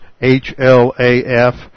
H-L-A-F